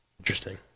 Interesting